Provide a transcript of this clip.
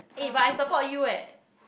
eh but I support you eh